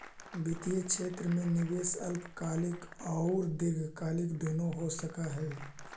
वित्तीय क्षेत्र में निवेश अल्पकालिक औउर दीर्घकालिक दुनो हो सकऽ हई